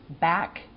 back